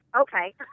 okay